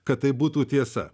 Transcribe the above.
kad tai būtų tiesa